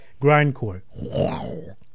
grindcore